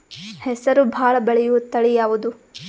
ಹೆಸರು ಭಾಳ ಬೆಳೆಯುವತಳಿ ಯಾವದು?